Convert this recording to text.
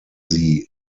sie